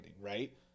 right